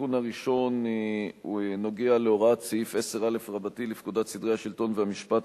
התיקון הראשון נוגע להוראת סעיף 10א לפקודת סדרי השלטון והמשפט,